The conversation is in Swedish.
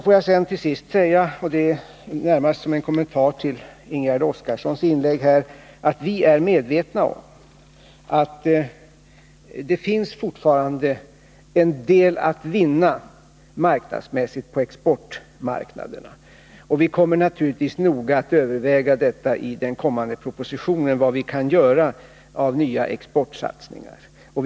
Får jag till sist, närmast som en kommentar till Ingegärd Oskarssons inlägg, säga att vi är medvetna om att det marknadsmässigt fortfarande finns en del att vinna på exportmarknaderna. Vi kommer naturligtvis att i den kommande propositionen noga överväga vilka nya exportsatsningar vi kan göra.